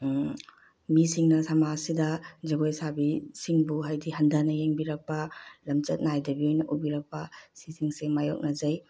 ꯃꯤꯁꯤꯡꯅ ꯁꯃꯥꯖꯁꯤꯗ ꯖꯒꯣꯏ ꯁꯥꯕꯤꯁꯤꯡꯕꯨ ꯍꯥꯏꯗꯤ ꯍꯟꯊꯅ ꯌꯦꯡꯕꯤꯔꯛꯄ ꯂꯝꯆꯠ ꯅꯥꯏꯗꯕꯤ ꯑꯣꯏꯅ ꯎꯕꯤꯔꯛꯄ ꯁꯤꯁꯤꯡꯁꯦ ꯃꯥꯏꯌꯣꯛꯅꯖꯩ